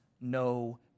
no